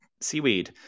seaweed